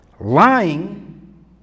lying